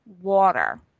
water